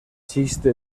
chiste